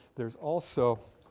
there's also,